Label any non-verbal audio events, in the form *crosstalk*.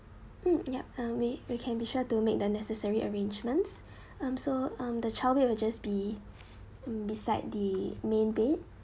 mm yup um we we can be sure to make the necessary arrangements *breath* um so um the child bed will just be beside the main bed